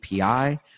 API